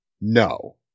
No